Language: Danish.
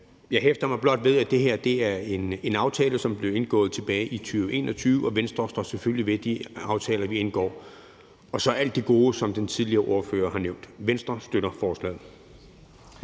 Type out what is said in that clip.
Jeg hæfter mig blot ved, at det her er en aftale, som blev indgået tilbage i 2021, og Venstre står selvfølgelig ved de aftaler, vi indgår. Og så er der alt det gode, som den tidligere ordfører har nævnt. Venstre støtter forslaget.